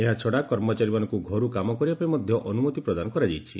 ଏହାଛଡ଼ା କର୍ମଚାରୀମାନଙ୍କୁ ଘରୁ କାମ କରିବାପାଇଁ ମଧ୍ୟ ଅନୁମତି ପ୍ରଦାନ କରାଯାଇଛି